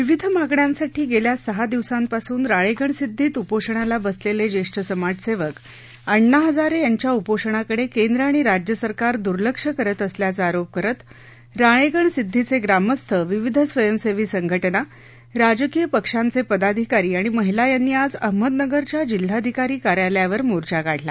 विविध मागण्यांसाठी गेल्या सहा दिवसापासून राळेगणसिद्धीत उपोषणाला बसलेले जेष्ठ समाजसेवक अण्णा हजारे यांच्या उपोषणाकडे केंद्र आणि राज्य सरकार दुर्लक्ष करत असल्याचा आरोप करत राळेगणसिद्दीचे ग्रामस्थ विविध स्वयंसेवी संघटना राजकीय पक्षाचे पदाधिकारी आणि महिला यांनी आज अहमदनगरच्या जिल्हाधिकारी कार्यालयावर मोर्चा काढला